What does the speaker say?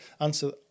answer